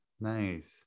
Nice